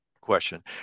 question